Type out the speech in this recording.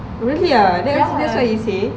really ah that's that's what he say